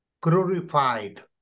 glorified